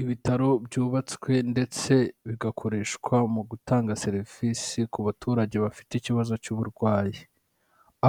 Ibitaro byubatswe ndetse bigakoreshwa mu gutanga serivisi ku baturage bafite ikibazo cy'uburwayi,